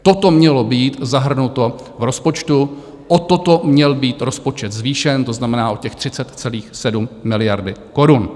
Toto mělo být zahrnuto v rozpočtu, o toto měl být rozpočet zvýšen, to znamená o těch 30,7 miliardy korun.